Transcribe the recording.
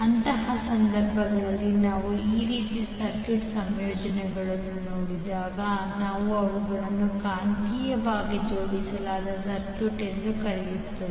ಅಂತಹ ಸಂದರ್ಭಗಳಲ್ಲಿ ನಾವು ಆ ರೀತಿಯ ಸರ್ಕ್ಯೂಟ್ ಸಂಯೋಜನೆಗಳನ್ನು ನೋಡಿದಾಗ ನಾವು ಅವುಗಳನ್ನು ಕಾಂತೀಯವಾಗಿ ಜೋಡಿಸಲಾದ ಸರ್ಕ್ಯೂಟ್ ಎಂದು ಕರೆಯುತ್ತೇವೆ